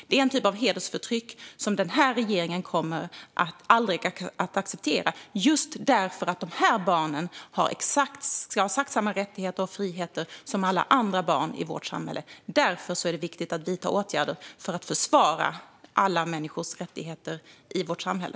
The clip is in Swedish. Det är en typ av hedersförtryck som den här regeringen aldrig kommer att acceptera, just därför att de här barnen ska ha exakt samma fri och rättigheter som alla andra barn i vårt samhälle. Det är viktigt att vidta åtgärder för att försvara alla människors rättigheter i vårt samhälle.